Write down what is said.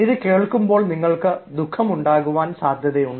ഇത് കേൾക്കുമ്പോൾ നിങ്ങൾക്ക് ദുഃഖം ഉണ്ടാകുവാൻ സാധ്യതയുണ്ട്